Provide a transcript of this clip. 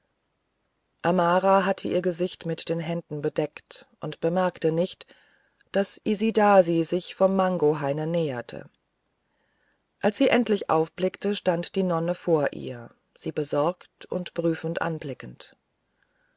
amara hatte ihr gesicht mit den händen bedeckt und bemerkte nicht daß isidasi sich vom mangohaine näherte als sie endlich aufblickte stand die nonne vor ihr sie besorgt und prüfend anblickend